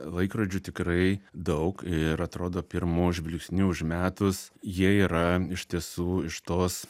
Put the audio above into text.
laikrodžių tikrai daug ir atrodo pirmu žvilgsniu užmetus jie yra iš tiesų iš tos